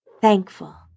thankful